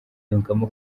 yungamo